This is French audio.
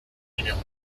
numéro